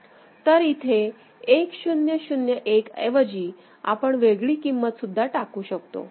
तर इथे 1 0 0 1 ऐवजी आपण वेगळी किंमत सुद्धा टाकू शकतो